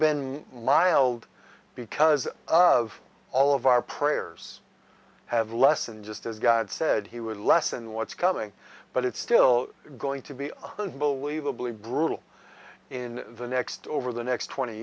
been mild because of all of our prayers have lessened just as god said he would lessen what's coming but it's still going to be unbelievably brutal in the next over the next twenty